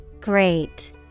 great